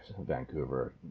vancouver